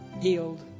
healed